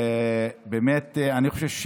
אני חושב,